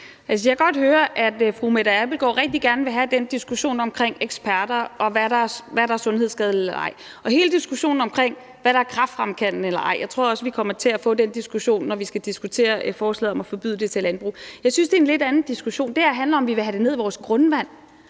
jeg kan godt høre, at fru Mette Abildgaard rigtig gerne vil have den diskussion om eksperter, og hvad der er sundhedsskadeligt eller ej. Jeg tror også, at vi kommer til at få den diskussion om, hvad der er kræftfremkaldende eller ej, når vi skal diskutere forslaget om at forbyde det i forhold til landbruget. Jeg synes, det er en lidt anden diskussion. Det her handler om, om vi vil have det ned i vores grundvand.